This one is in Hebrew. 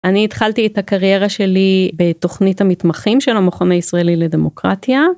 אני התחלתי את הקריירה שלי בתוכנית המתמחים של המכון הישראלי לדמוקרטיה.